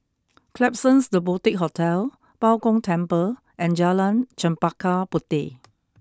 Klapsons The Boutique Hotel Bao Gong Temple and Jalan Chempaka Puteh